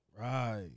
Right